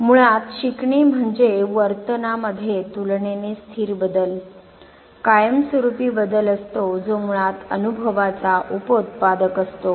मुळात शिकणे म्हणजे वर्तन मध्ये तुलनेने स्थिर बदल कायमस्वरूपी बदल असतो जो मुळात अनुभवाचा उपउत्पादक असतो